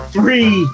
Three